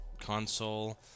console